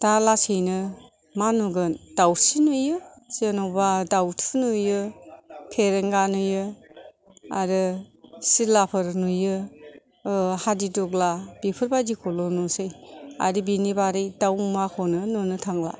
दा लासैनो मा नुगोन दावस्रि नुयो जे'नबा दावथु नुयो फेरेंगा नुयो आरो सिलाफोर नुयो हादिदग्ला बेफोरबायदिखौल' नुसै आरो बेनि बादै दाव मुवाखौनो नुनो थांला